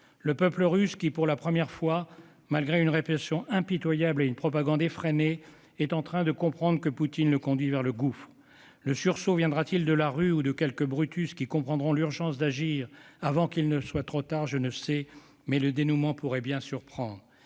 du peuple russe qui, pour la première fois, malgré une répression impitoyable et une propagande effrénée, est en train de comprendre que Poutine le conduit vers le gouffre. Le sursaut viendra-t-il de la rue, ou de quelques Brutus qui comprendront l'urgence d'agir avant qu'il ne soit trop tard ? Je ne sais. Cependant, le dénouement pourrait bien surprendre.